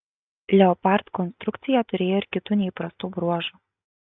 leopard konstrukcija turėjo ir kitų neįprastų bruožų